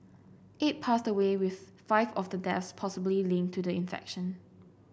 eight passed away with five of the deaths possibly linked to the infection